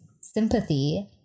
sympathy